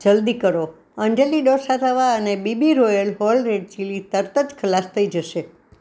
જલદી કરો અંજલિ ડોસા તવા અને BB royal hall red chilli તરત જ ખલાસ થઇ જશે